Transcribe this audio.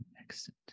exit